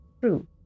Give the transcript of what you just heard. True